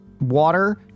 water